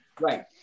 Right